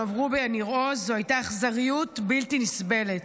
עברו בניר עוז היה אכזריות בלתי נסבלת.